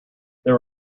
there